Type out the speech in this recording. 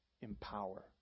Empower